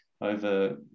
over